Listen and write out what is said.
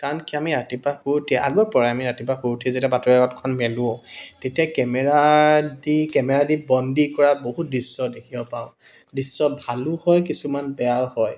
কাৰণ কি আমি ৰাতিপুৱা শুই উঠিয়েই আগৰ পৰাই আমি ৰাতিপুৱা শুই উঠিয়েই যেতিয়া বাতৰিকাকতখন মেলোঁ তেতিয়া কেমেৰা দি কেমেৰা দি বন্দী কৰা বহুত দৃশ্য দেখিব পাওঁ দৃশ্য ভালো হয় কিছুমান বেয়াও হয়